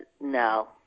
no